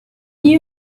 you